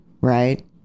right